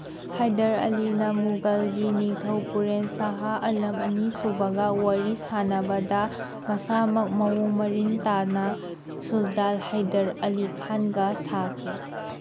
ꯍꯥꯏꯗꯔ ꯑꯂꯤꯅ ꯃꯨꯒꯜꯒꯤ ꯅꯤꯡꯊꯧ ꯄꯨꯔꯦꯟ ꯁꯍꯥ ꯑꯂꯝ ꯑꯅꯤꯁꯨꯕꯒ ꯋꯥꯔꯤ ꯁꯥꯅꯕꯗ ꯃꯁꯥꯃꯛ ꯃꯑꯣꯡ ꯃꯔꯤꯟ ꯇꯥꯅ ꯁꯨꯜꯇꯥꯟ ꯍꯥꯏꯗꯔ ꯑꯂꯤ ꯈꯥꯟꯒ ꯁꯥꯈꯤ